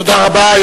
תודה רבה.